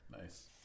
Nice